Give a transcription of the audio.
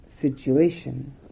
situation